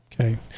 Okay